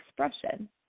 expression